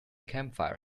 campfire